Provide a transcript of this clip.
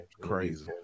Crazy